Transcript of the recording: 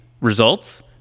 results